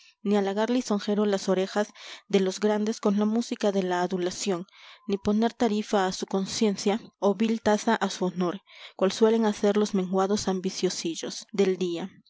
ni halagar lisonjero las orejas de los grandes con la música de la adulación ni poner tarifa a su conciencia o vil tasa a su honor cual suelen hacer los menguados ambiciosillos del día